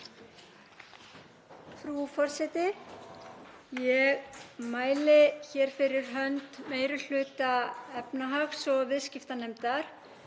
Frú forseti. Ég mæli hér fyrir hönd meiri hluta efnahags- og viðskiptanefndar